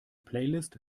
playlist